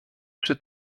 przy